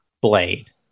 Blade